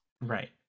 Right